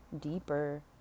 deeper